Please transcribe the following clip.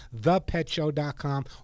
thepetshow.com